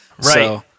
right